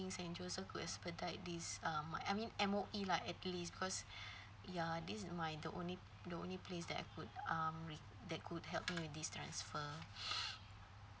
saint joseph could expedite this um my I mean M_O_E lah at least because ya uh this is my the only the only place that could um re~ that could help me with this transfer